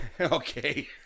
Okay